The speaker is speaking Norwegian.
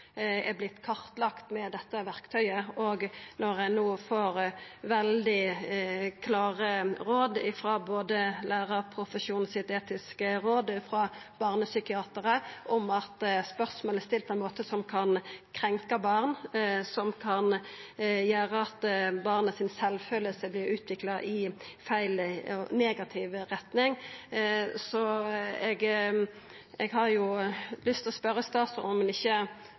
med dette verktøyet, og ein no får veldig klare råd frå både Lærerprofesjonens etiske råd og barnepsykiatrar om at spørsmål er stilte på ein måte som kan krenka barn, og som kan gjera at sjølvkjensla til barnet vert utvikla i negativ retning. Eg har lyst til å spørja: Kva meiner statsråden